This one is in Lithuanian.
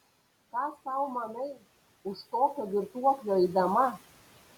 ką sau manai už tokio girtuoklio eidama